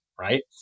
Right